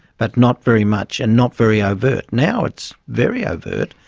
but not very much and not very overt. now it's very overt.